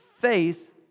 faith